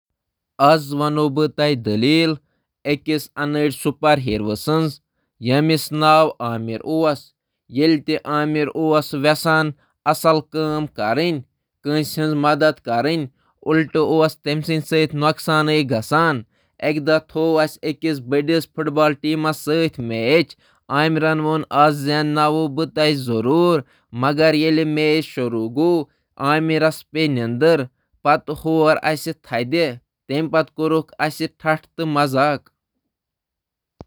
بہٕ وَنہٕ أکِس ناہموار سپر ہیرو سٕنٛدِس مُتعلِق اکھ دٔلیٖل یُس مدد کرنٕچ کوٗشش کران چھُ مگر مسلہٕ پٲدٕ کران چھُ۔ ناو چھُ عامر، ییٚلہِ سُہ کٲنٛسہِ ہُنٛد مدتھ یژھان چھُ، مگر بدقٕسمتی سۭتۍ چھُ یہِ مُخٲلِف گژھان۔ اَکہِ دۄہ چُھ اَسہِ فُٹ بال میچ، عامیرَن ووٚن اَسہِ، اَز زیٖنِو أسۍ میچ، مگر سُہ گوٚو شۄنٛگِتھ تہٕ أسۍ ہوٗر میچ۔